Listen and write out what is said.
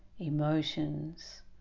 Emotions